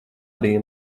bija